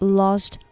lost